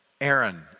Aaron